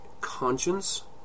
conscience